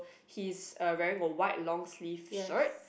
he's uh wearing a white long sleeve shirt